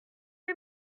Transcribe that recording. les